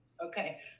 Okay